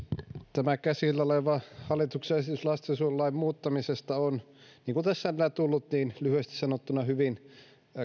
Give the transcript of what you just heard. tämä käsillä oleva hallituksen esitys lastensuojelulain muuttamisesta on niin kuin tässä on tänään tullut ilmi lyhyesti sanottuna hyvin